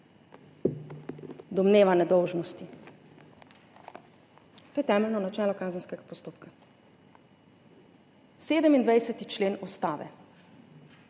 Domneva nedolžnosti. To je temeljno načelo kazenskega postopka. 27. člen Ustave: